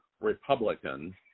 Republican